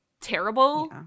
terrible